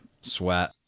Sweat